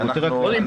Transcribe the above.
רק